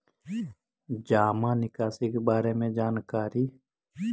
जामा निकासी के बारे में जानकारी?